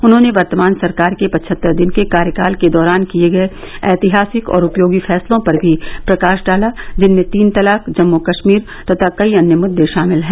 उन्होंने वर्तमान सरकार के पचहत्तर दिन के कार्यकाल के दौरान किये गए ऐतिहासिक और उपयोगी फैसलों पर भी प्रकाश डाला जिनमें तीन तलाक जम्मू और कश्मीर तथा कई अन्य मुद्दे शामिल हैं